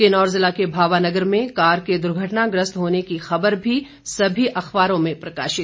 किन्नौर जिला के भावानगर में कार के दुर्घटनाग्रस्त होने की खबर भी सभी अखबारों में प्रकशित है